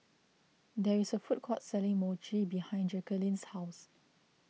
there is a food court selling Mochi behind Jacqueline's house